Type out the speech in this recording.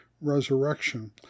resurrection